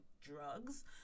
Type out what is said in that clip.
drugs